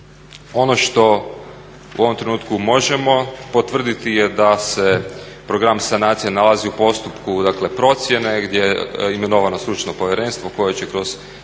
Ono što u ovom trenutku možemo potvrditi je da se program sanacije nalazi u postupku procjene gdje je imenovano stručno povjerenstvo koje će kroz